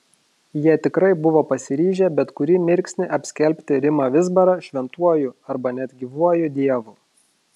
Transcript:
jie tikrai buvo pasiryžę bet kurį mirksnį apskelbti rimą vizbarą šventuoju arba net gyvuoju dievu